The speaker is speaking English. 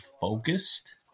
focused